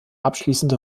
abschließende